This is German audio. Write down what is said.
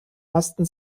masten